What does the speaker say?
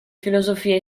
filosofia